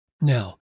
Now